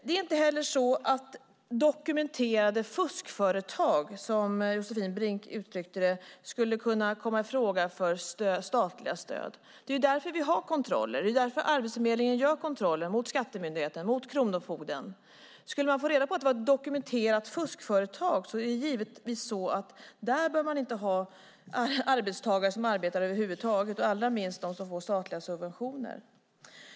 Det stämmer inte att dokumenterade fuskföretag, som Josefin Brink uttrycker det, skulle kunna komma i fråga för statliga stöd. Det är därför vi har kontroller. Det är därför Arbetsförmedlingen gör kontroller mot Skatteverket och Kronofogdemyndigheten. Skulle man få reda på att det är ett dokumenterat fuskföretag ska man givetvis inte ha arbetstagare som arbetar där över huvud taget, allra minst sådana som får statliga subventioner.